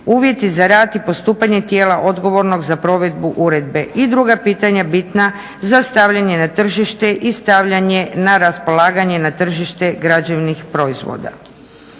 uvjeti za rad i postupanje tijela odgovornog za provedbu uredbe i druga pitanja bitna za stavljanje na tržište i stavljanje na raspolaganje na tržište građevnih proizvoda.